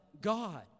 God